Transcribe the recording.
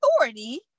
authority